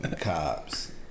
cops